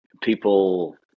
people